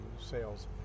sales